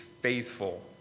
faithful